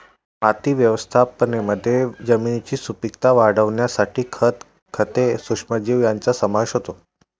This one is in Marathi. माती व्यवस्थापनामध्ये जमिनीची सुपीकता वाढवण्यासाठी खत, खते, सूक्ष्मजीव यांचा समावेश होतो